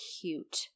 cute